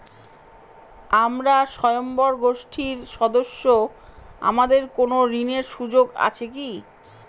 আমরা স্বয়ম্ভর গোষ্ঠীর সদস্য আমাদের কোন ঋণের সুযোগ আছে কি?